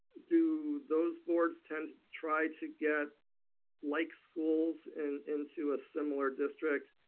do those boards tend to try to get like schools and into a similar district,